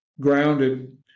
grounded